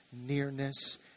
nearness